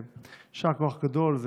יישר כוח גדול,